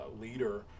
leader